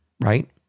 right